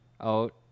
out